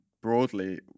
broadly